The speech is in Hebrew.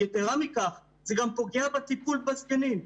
יתרה מכך, זה גם פוגע בטיפול בזקנים.